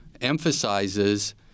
emphasizes